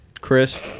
Chris